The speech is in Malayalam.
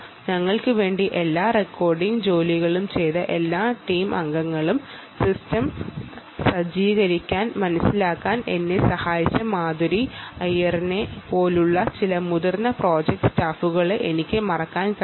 ഞങ്ങൾക്ക് വേണ്ടി എല്ലാ റെക്കോർഡിംഗ് ജോലികളും ചെയ്ത എല്ലാ ടീം അംഗങ്ങളും സിസ്റ്റങ്ങൾ സജ്ജീകരിക്കാൻ മനസിലാക്കാൻ എന്നെ സഹായിച്ച മാധുരി അയ്യറിനെപ്പോലുള്ള ചില മുതിർന്ന പ്രോജക്ട് സ്റ്റാഫുകളെയും എനിക്ക് മറക്കാൻ കഴിയില്ല